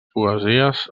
poesies